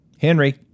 Henry